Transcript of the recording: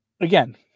Again